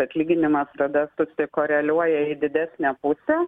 atlyginimas tada susikoreliuoja į didesnę pusę